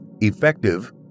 effective